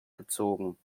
gezogen